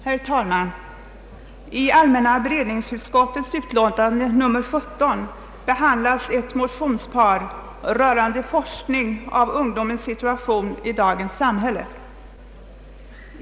Herr talman! I allmänna beredningsutskottets utlåtande nr 17 behandlas ett motionspar rörande forskning om ungdomens situation i dagens samhälle.